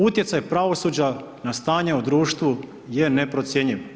Utjecaj pravosuđa na stanje u društvu je neprocjenjivo.